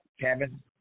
Kevin